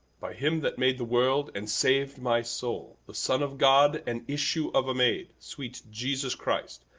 by him that made the world and sav'd my soul, the son of god and issue of a maid, sweet jesus christ,